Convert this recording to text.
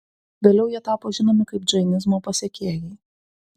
vėliau jie tapo žinomi kaip džainizmo pasekėjai